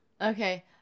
Okay